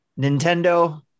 Nintendo